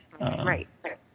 Right